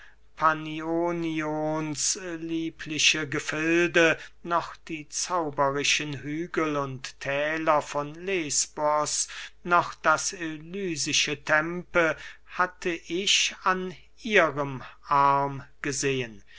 panionions liebliche gefilde noch die zauberischen hügel und thäler von lesbos noch das elysische tempe hatte ich an ihrem arm gesehen